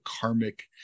karmic